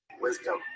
Wisdom